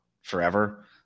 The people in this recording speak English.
forever